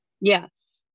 Yes